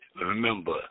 remember